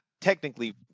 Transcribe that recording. technically